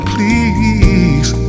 Please